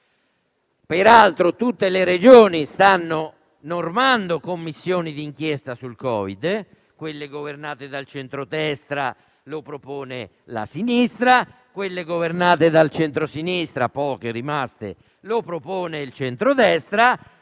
Peraltro, tutte le Regioni stanno normando commissioni di inchiesta sul Covid-19; in quelle governate dal centrodestra lo propone la sinistra, in quelle governate dal centrosinistra (le poche rimaste) lo propone il centrodestra.